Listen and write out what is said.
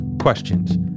questions